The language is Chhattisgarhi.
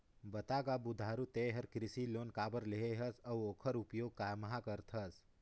बता गा बुधारू ते हर कृसि लोन काबर लेहे हस अउ ओखर उपयोग काम्हा करथस